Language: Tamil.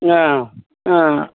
ஆ ஆ